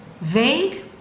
vague